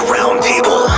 Roundtable